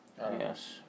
Yes